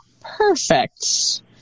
Perfect